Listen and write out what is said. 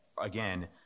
again